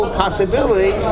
possibility